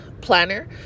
planner